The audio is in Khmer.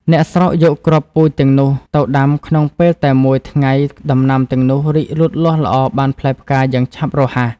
អ្នកស្រុកយកគ្រាប់ ពូជទាំងនោះ ទៅដាំក្នុងពេលតែមួយថ្ងៃដំណាំទាំងនោះរីកលូតលាស់ល្អបានផ្កាផ្លែយ៉ាងឆាប់រហ័ស ។